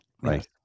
right